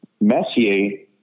Messier